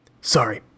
sorry